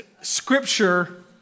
Scripture